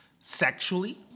sexually